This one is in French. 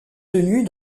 tenus